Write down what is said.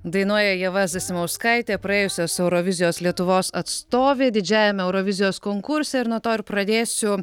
dainuoja ieva zasimauskaitė praėjusios eurovizijos lietuvos atstovė didžiajame eurovizijos konkurse ir nuo to ir pradėsiu